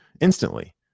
instantly